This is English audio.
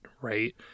Right